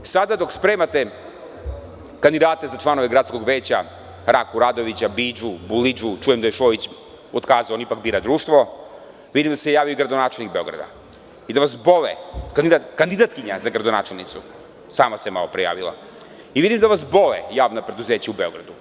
Sada, dok spremate kandidate za članove gradskog veća, Raku Radovića, Bidžu, Bulidžu, čujem da je Šojić otkazao, on ipak bira društvo, vidim da se javio i gradonačelnik Beograda i da vas boli kandidatkinja za gradonačelnicu, sama se malo pre javila, i vidim da vas bole javna preduzeća u Beogradu.